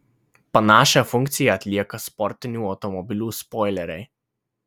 panašią funkciją atlieka sportinių automobilių spoileriai